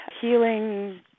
healing